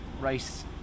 race